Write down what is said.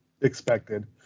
expected